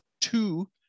two